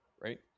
right